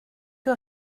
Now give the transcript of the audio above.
que